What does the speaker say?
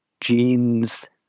genes